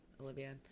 Olivia